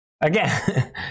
Again